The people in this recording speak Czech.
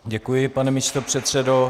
Děkuji, pane místopředsedo.